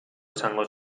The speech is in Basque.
esango